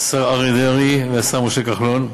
השר אריה דרעי והשר משה כחלון,